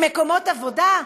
עם מקומות עבודה?